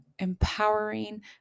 empowering